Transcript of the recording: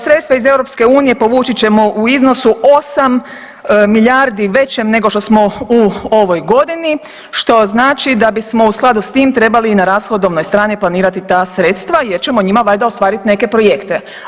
Sredstva iz Europske unije povući ćemo u iznosu 8 milijardi većem nego što smo u ovoj godini što znači da bismo u skladu s tim trebali i na rashodovnoj strani planirati ta sredstva jer ćemo njima valjda ostvariti neke projekte.